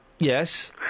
Yes